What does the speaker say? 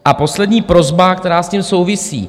A poslední prosba, která s tím souvisí.